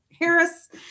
Harris